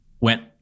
went